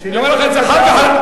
אני אומר לך את זה חד וחלק.